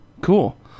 cool